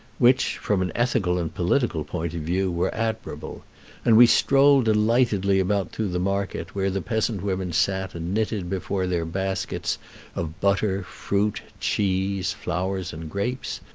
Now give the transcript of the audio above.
which, from an ethical and political point of view, were admirable and we strolled delightedly about through the market, where the peasant women sat and knitted before their baskets of butter, fruit, cheese, flowers, and grapes,